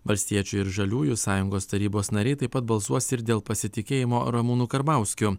valstiečių ir žaliųjų sąjungos tarybos nariai taip pat balsuos ir dėl pasitikėjimo ramūnu karbauskiu